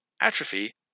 atrophy